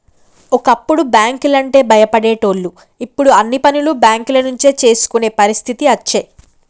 ఒకప్పుడు బ్యాంకు లంటే భయపడేటోళ్లు ఇప్పుడు అన్ని పనులు బేంకుల నుంచే చేసుకునే పరిస్థితి అచ్చే